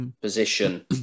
position